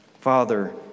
Father